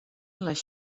les